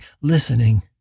listening